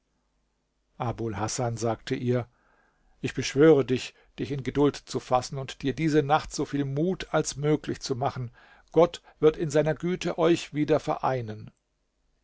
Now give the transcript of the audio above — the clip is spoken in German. hasan sagte ihr ich beschwöre dich dich in geduld zu fassen und dir diese nacht so viel mut als möglich zu machen gott wird in seiner güte euch wieder vereinen